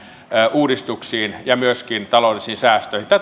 uudistuksiin ja myöskin taloudellisiin säästöihin